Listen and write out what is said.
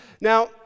Now